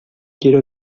quiero